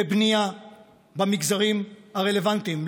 בבנייה במגזרים הרלוונטיים,